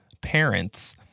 parents